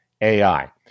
AI